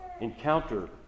encounter